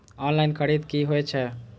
Online खरीद की होए छै?